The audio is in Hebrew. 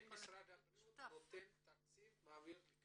משרד הבריאות מעביר תקציב גם